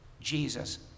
Jesus